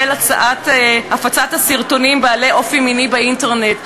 הפצת סרטונים בעלי אופי מיני באינטרנט.